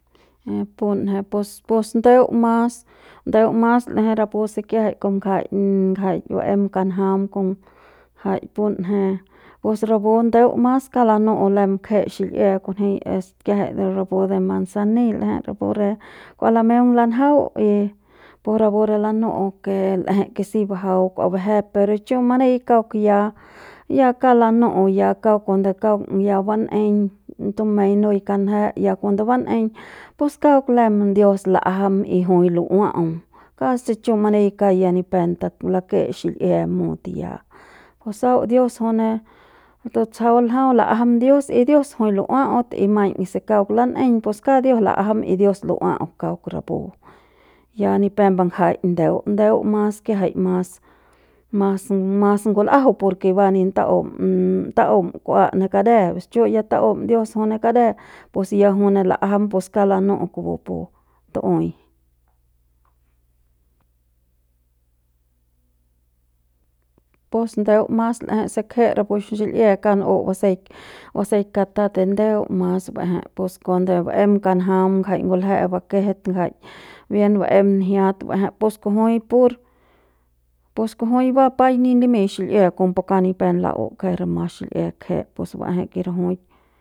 Punje pus pus ndeu mas ndeu mas l'eje rapu se kiajai kon ngjai ngjai ba'em kanjam jai punje pus rapu ndeu mas kauk lanu'u lem kje xil'ie kunji es kiajai de rapu manzanill l'eje rapu re kua lameung lanjau y rapu re lanu'u ke ke l'ejei si bajau kua bajep per chumani kauk ya ya kauk lanu'u ya kauk kuande kaung ya ban'eiñ tumeiñ nu'ui kanje ya cuando ban'eiñ pus kauk lem dios la'ajam y jui lu'ua'au casi chumani kauk ya ni pe lake xil'ie mut ya sau dios jui ne tutsjau ljau la'ajam dios y dios jui lu'ua'aut y maiñ se kauk lan'eiñ pus kauk dios la'ajam kauk rapu ya ni pep bangjai ndeu ndeu mas kiajai mas mas mas ngul'ajau por ke ba ni taum taum kua ne kade pus chu ya taum dios ya jui ne kade pus ya jui ne la'ajam pus kauk lanu'u kupu pu tu'uei. Pus ndeu mas l'eje se kje rapu xil'ie kauk nu'u baseik baseik katat de ndeu mas ba'eje pus cuando peuk ba'em kanjam ngjai ngulje'e bakeje ngjai bien baem njiat ba'eje pus kujui pur pus kujui paiñ ba ni limiñ xil'ie kombo kauk ba ni pep la'u ker re mas xil'ie kje pus ba'eje ke rajuik.